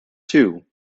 two